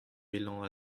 welan